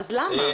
למה?